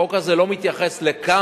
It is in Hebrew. החוק הזה לא מתייחס לכמה,